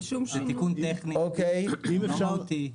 זה תיקון טכני, לא מהותי.